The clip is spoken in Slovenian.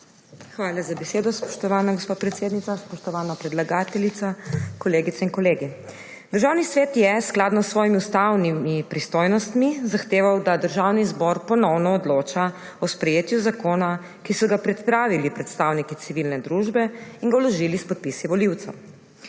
Hvala za besedo, spoštovana gospa predsednica. Spoštovana predlagateljica, kolegice in kolegi! Državni svet je, skladno s svojimi ustavnimi pristojnostmi, zahteval, da Državni zbor ponovno odloča o sprejetju zakona, ki so ga pripravili predstavniki civilne družbe in ga vložili s podpisi volivcev.